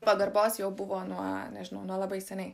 pagarbos jau buvo nuo nežinau nuo labai seniai